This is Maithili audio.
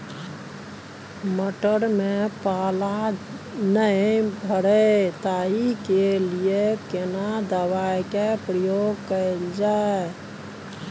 मटर में पाला नैय मरे ताहि के लिए केना दवाई के प्रयोग कैल जाए?